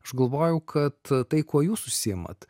aš galvojau kad tai kuo jūs užsiimat